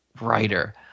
writer